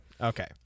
okay